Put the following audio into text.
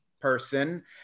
person